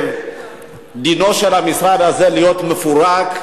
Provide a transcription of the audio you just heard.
דינו של המשרד הזה להיות מפורק,